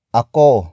ako